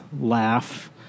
laugh